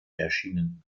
erschienen